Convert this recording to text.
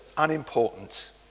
unimportant